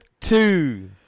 Two